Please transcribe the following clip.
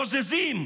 בוזזים,